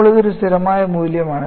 ഇപ്പോൾ ഇത് ഒരു സ്ഥിരമായ മൂല്യമാണ്